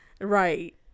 Right